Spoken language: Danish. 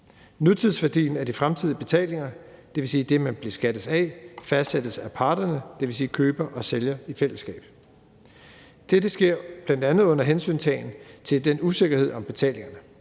Nutidsværdien af de fremtidige betalinger, dvs. det, man beskattes af, fastsættes af parterne, dvs. køber og sælger i fællesskab. Dette sker bl.a. under hensyntagen til usikkerheden om betalingerne.